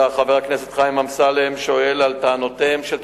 חבר הכנסת חיים אמסלם שאל את השר לביטחון פנים ביום